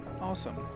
awesome